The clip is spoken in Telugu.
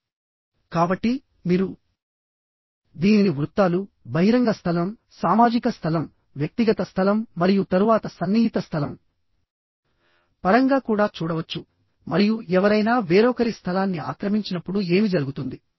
కాబట్టి మీరు దీనిని వృత్తాలు బహిరంగ స్థలం సామాజిక స్థలం వ్యక్తిగత స్థలం మరియు తరువాత సన్నిహిత స్థలం పరంగా కూడా చూడవచ్చు మరియు ఎవరైనా వేరొకరి స్థలాన్ని ఆక్రమించినప్పుడు ఏమి జరుగుతుంది